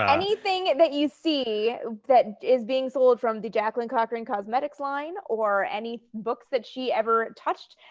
anything that you see that is being sold from the jacqueline cochran cosmetics line or any books that she ever touched,